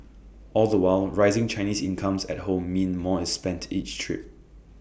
all the while rising Chinese incomes at home mean more is spent each trip